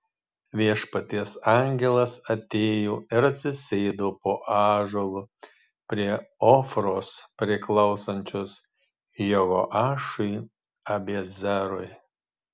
viešpaties angelas atėjo ir atsisėdo po ąžuolu prie ofros priklausančios jehoašui abiezerui